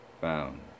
found